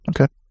Okay